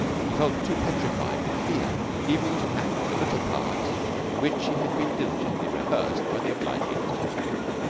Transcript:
he felt too petrified with fear even to act the little part in which he had been diligently rehearsed by the obliging mr. teal.